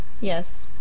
Yes